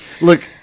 Look